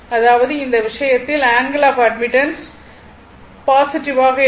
அதாவது அந்த விஷயத்தில் ஆங்கிள் ஆப் அட்மிட்டன்ஸ் பாசிட்டிவ் ஆக இருக்கும்